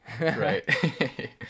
Right